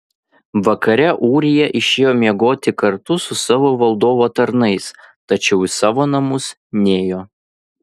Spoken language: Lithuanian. vakare ūrija išėjo miegoti kartu su savo valdovo tarnais tačiau į savo namus nėjo